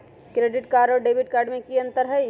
Credit card और debit card में की अंतर हई?